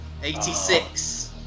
86